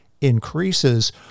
increases